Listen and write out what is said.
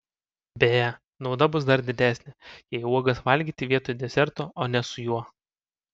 beje nauda bus dar didesnė jei uogas valgyti vietoj deserto o ne su juo